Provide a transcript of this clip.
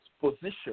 position